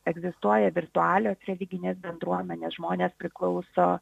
egzistuoja virtualios religinės bendruomenės žmonės priklauso